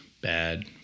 bad